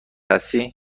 هستی